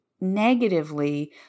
negatively